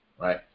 right